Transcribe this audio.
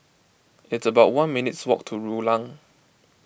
it's about one minutes' walk to Rulang